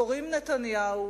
קוראים נתניהו,